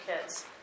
kids